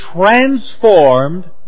transformed